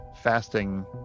fasting